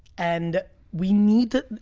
and we need to,